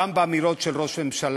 גם באמירות של ראש ממשלה.